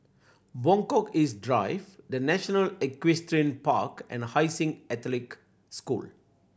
Buangkok East Drive The National Equestrian Park and Hai Sing Catholic School